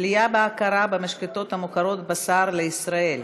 "תלייה בהכרה" במשחטות המוכרות בשר לישראל,